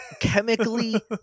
chemically